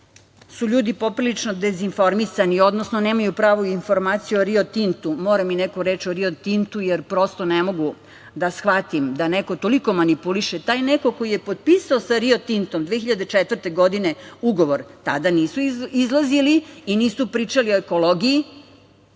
su ljudi poprilično dezinformisani, odnosno nemaju pravu informaciju o "Rio Tintu", moram i neku reč o "Rio Tintu", jer prosto ne mogu da shvatim da neko toliko manipuliše. Taj neko koji je potpisao sa "Rio Tintom" 2004. godine ugovor, tada nisu izlazili i nisu pričali o ekologiji,